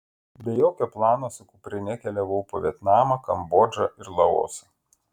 be jokio plano su kuprine keliavau po vietnamą kambodžą ir laosą